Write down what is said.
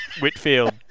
Whitfield